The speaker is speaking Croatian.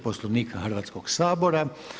Poslovnika Hrvatskoga sabora.